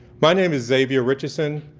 my name is xavier richardson.